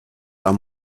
are